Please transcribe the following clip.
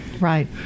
Right